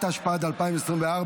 התשפ"ד 2024,